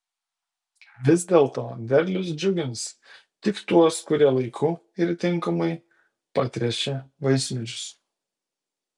vis dėlto derlius džiugins tik tuos kurie laiku ir tinkamai patręšė vaismedžius